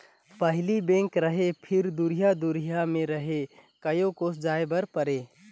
पहिली बेंक रहें फिर दुरिहा दुरिहा मे रहे कयो कोस जाय बर परे